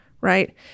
right